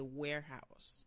warehouse